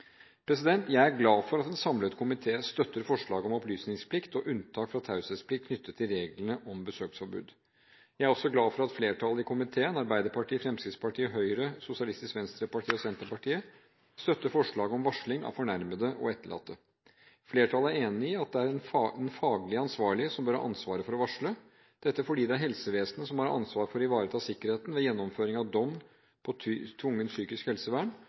Jeg er glad for at en samlet komité støtter forslaget om opplysningsplikt og unntak fra taushetsplikt knyttet til reglene om besøksforbud. Jeg er også glad for at flertallet i komiteen – Arbeiderpartiet, Fremskrittspartiet, Høyre, Sosialistisk Venstreparti og Senterpartiet – støtter forslaget om varsling av fornærmede og etterlatte. Flertallet er enig i at det er den faglig ansvarlige som bør ha ansvaret for å varsle, fordi det er helsevesenet som har ansvar for å ivareta sikkerheten ved gjennomføring av dom på tvungent psykisk helsevern,